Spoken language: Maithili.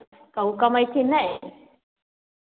आ ओ कमयथिन नहि